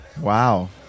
Wow